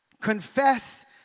confess